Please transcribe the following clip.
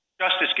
Justice